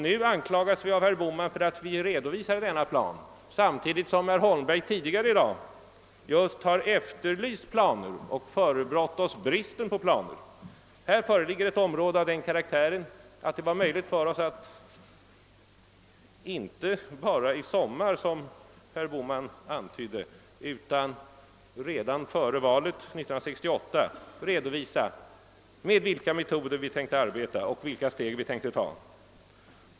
Nu anklagas vi av herr Bohman för att vi redovisar denna plan, medan herr Holmberg tidigare i dag just har efterlyst planer och förebrått oss bristen på planer. Här föreligger ett område av den karaktären att det varit möjligt för oss att — inte bara i somras, som herr Bohman antydde, utan redan före valet 1968 — redovisa med vilka metoder vi tänkte arbeta och vilka steg vi ämnade ta.